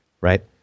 right